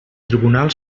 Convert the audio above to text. tribunal